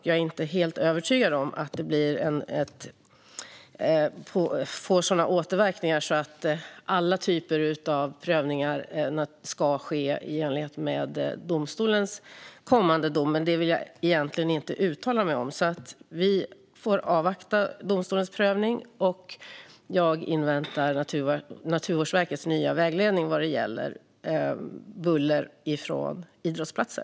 Jag är inte helt övertygad om att det får sådana återverkningar att alla typer av prövningar ska ske i enlighet med domstolens kommande dom, men det vill jag egentligen inte uttala mig om. Vi får avvakta domstolens prövning, och jag inväntar Naturvårdsverkets nya vägledning vad gäller buller från idrottsplatser.